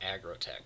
Agrotech